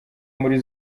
muri